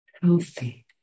healthy